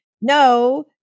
No